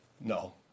No